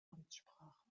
amtssprache